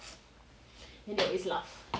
then they just laugh